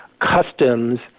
customs